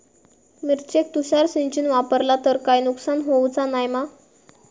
मिरचेक तुषार सिंचन वापरला तर काय नुकसान होऊचा नाय मा?